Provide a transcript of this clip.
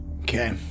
Okay